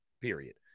period